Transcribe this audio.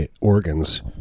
organs